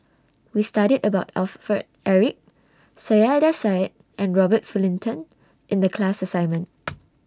We studied about Eric Saiedah Said and Robert Fullerton in The class assignment